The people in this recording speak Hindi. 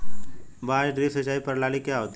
बांस ड्रिप सिंचाई प्रणाली क्या होती है?